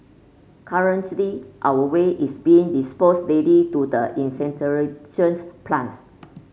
currently our way is being disposed daily to the incinerations plants